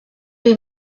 des